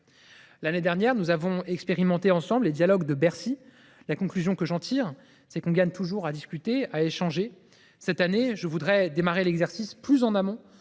L’année dernière, nous avons expérimenté ensemble les dialogues de Bercy. La conclusion que j’en tire, c’est que l’on gagne toujours à discuter. Cette année, je veux commencer l’exercice plus en amont,